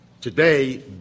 Today